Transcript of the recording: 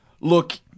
Look